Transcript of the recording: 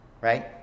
right